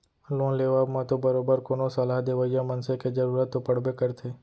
loan लेवब म तो बरोबर कोनो सलाह देवइया मनसे के जरुरत तो पड़बे करथे